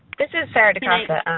this is sarah decosta.